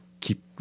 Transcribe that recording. Keep